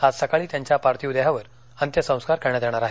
आज सकाळी त्यांच्या पार्थिव देहावर अंत्यसंस्कार करण्यात येणार आहेत